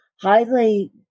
highly